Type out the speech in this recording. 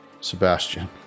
Sebastian